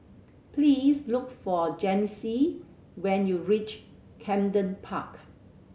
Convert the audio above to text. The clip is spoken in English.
please look for Janyce when you reach Camden Park